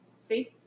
See